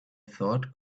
thought